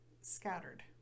scattered